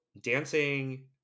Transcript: dancing